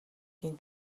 гэнэ